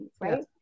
right